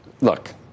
Look